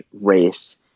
race